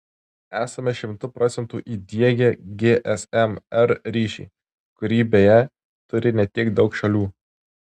esame šimtu procentų įdiegę gsm r ryšį kurį beje turi ne tiek daug šalių